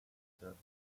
served